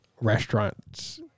restaurants